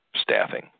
staffing